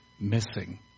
missing